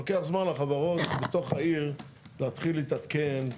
לוקח זמן לחברות מתוך העיר להתחיל להתעדכן,